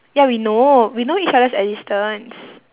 ya we know we know each other's existence